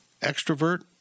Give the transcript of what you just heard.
extrovert